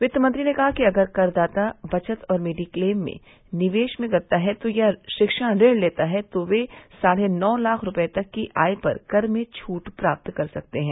वित्त मंत्री ने कहा कि अगर करदाता बचत और मेडी क्लेम में निवेश में करता है या शिक्षा ऋण लेता है तो वे साढ़े नौ लाख रूपए तक की आय पर कर में छूट प्राप्त कर सकते हैं